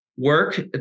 work